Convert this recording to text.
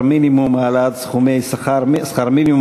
מינימום (העלאת סכומי שכר מינימום,